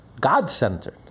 God-centered